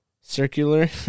circular